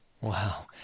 Wow